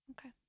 Okay